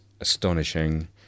astonishing